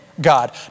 God